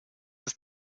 ist